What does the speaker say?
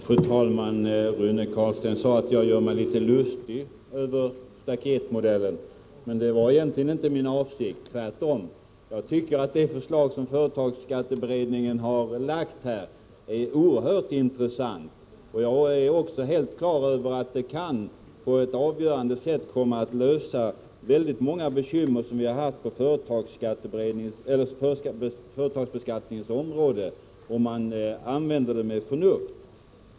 Fru talman! Rune Carlstein sade att jag gör mig litet lustig över staketmodellen. Det var egentligen inte min avsikt, tvärtom. Jag tycker att det förslag som företagsskatteberedningen har lagt fram är oerhört intressant. Jag är också helt på det klara med att det kan på ett avgörande sätt komma att undanröja väldigt många bekymmer som vi har på företagsbeskattningens område, om man använder det med förnuft.